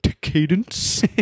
cadence